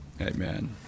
Amen